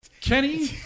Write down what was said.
Kenny